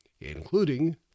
including